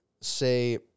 say